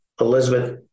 Elizabeth